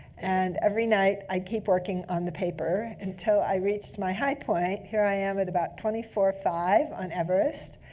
and every night, i'd keep working on the paper until i reached my high point. here i am at about twenty four five on everest.